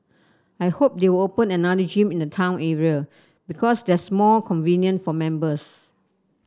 I hope they will open another gym in the town area because that's more convenient for members